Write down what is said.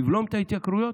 לבלום את ההתייקרויות,